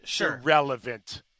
irrelevant